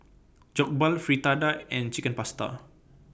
Jokbal Fritada and Chicken Pasta